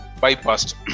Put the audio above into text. bypassed